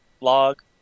log